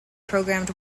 programmed